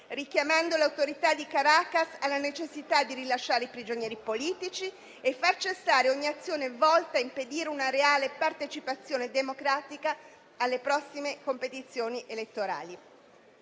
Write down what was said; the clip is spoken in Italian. richiamando le autorità di Caracas alla necessità di rilasciare i prigionieri politici, e far cessare ogni azione volta a impedire una reale partecipazione democratica alle prossime competizioni elettorali;